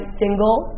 single